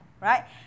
right